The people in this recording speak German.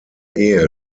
ehe